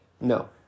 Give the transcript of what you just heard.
No